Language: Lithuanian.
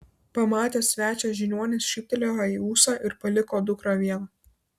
pamatęs svečią žiniuonis šyptelėjo į ūsą ir paliko dukrą vieną